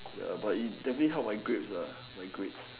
ya but it definitely help my grades lah my grades